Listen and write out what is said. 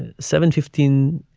and seven fifteen.